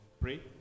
pray